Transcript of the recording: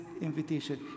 invitation